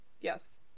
yes